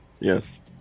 Yes